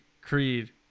Creed